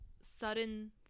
sudden